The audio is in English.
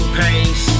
pace